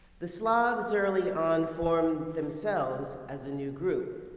the slavs early on formed themselves as a new group.